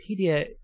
Wikipedia